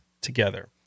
together